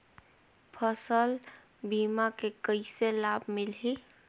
फसल बीमा के कइसे लाभ मिलही?